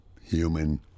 Human